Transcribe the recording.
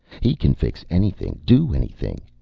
he can fix anything, do anything.